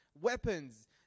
weapons